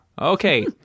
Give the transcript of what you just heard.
Okay